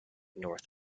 north